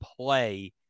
play